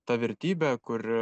ta vertybė kur